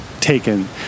taken